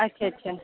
अच्छा अच्छा